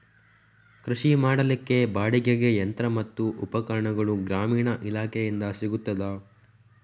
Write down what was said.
ಕೃಷಿ ಮಾಡಲಿಕ್ಕೆ ಬಾಡಿಗೆಗೆ ಯಂತ್ರ ಮತ್ತು ಉಪಕರಣಗಳು ಗ್ರಾಮೀಣ ಇಲಾಖೆಯಿಂದ ಸಿಗುತ್ತದಾ?